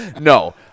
No